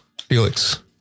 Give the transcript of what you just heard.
Felix